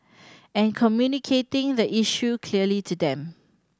and communicating the issue clearly to them